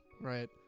right